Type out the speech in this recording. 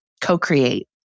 Co-create